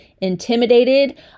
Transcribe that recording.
intimidated